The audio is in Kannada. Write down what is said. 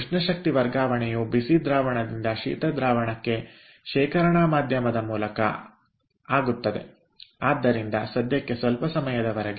ಉಷ್ಣಶಕ್ತಿ ವರ್ಗಾವಣೆಯು ಬಿಸಿ ದ್ರಾವಣದಿಂದ ಶೀತ ದ್ರಾವಣಕ್ಕೆ ಶೇಖರಣಾ ಮಾಧ್ಯಮದ ಮೂಲಕ ಆಗುತ್ತದೆ ಆದ್ದರಿಂದ ಸದ್ಯಕ್ಕೆ ಸ್ವಲ್ಪ ಸಮಯದವರೆಗೆ